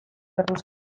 erruz